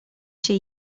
się